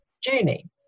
journey